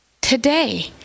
Today